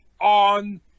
on